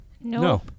no